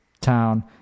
town